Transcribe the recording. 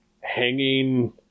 hanging